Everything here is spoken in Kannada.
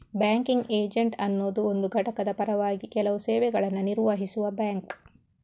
ಬ್ಯಾಂಕಿಂಗ್ ಏಜೆಂಟ್ ಅನ್ನುದು ಒಂದು ಘಟಕದ ಪರವಾಗಿ ಕೆಲವು ಸೇವೆಗಳನ್ನ ನಿರ್ವಹಿಸುವ ಬ್ಯಾಂಕ್